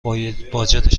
واجد